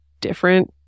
different